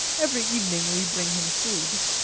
every evening we bring him food.